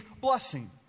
blessing